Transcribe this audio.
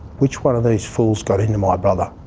which one of these fools got into my brother?